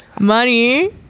Money